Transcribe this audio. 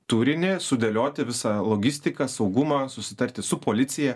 turinį sudėlioti visą logistiką saugumą susitarti su policija